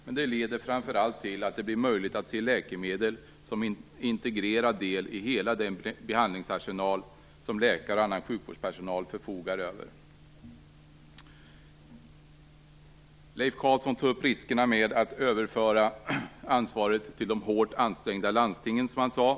Men det leder framför allt till att det blir möjligt att se läkemedel som en integrerad del i hela den behandlingsarsenal som läkare och annan sjukvårdspersonal förfogar över. Leif Carlson tog upp riskerna med att överföra ansvaret till de hårt ansträngda landstingen, som han sade.